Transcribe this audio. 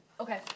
Okay